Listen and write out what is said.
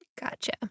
Gotcha